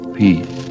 peace